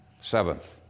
Seventh